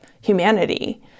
humanity